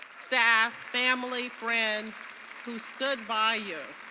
staff, family, friends who stood by you